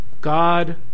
god